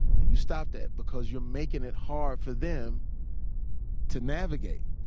and you stop that because you're making it hard for them to navigate.